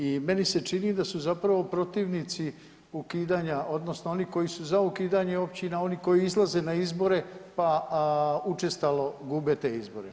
I meni se čini da su protivnici ukidanja odnosno oni koji su za ukidanje općina, oni koji izlaze na izbore pa učestalo gube te izbore.